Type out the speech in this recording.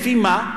לפי מה?